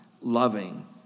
loving